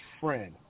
friend